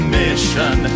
mission